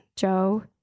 Joe